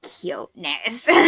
cuteness